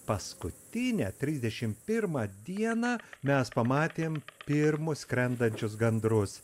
paskutinę trisdešim pirmą dieną mes pamatėm pirmus skrendančius gandrus